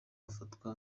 bafatwa